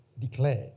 declared